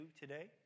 today